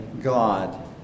God